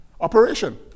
operation